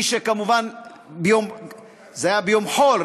כמובן זה היה ביום חול,